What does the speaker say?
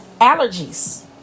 Allergies